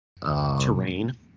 Terrain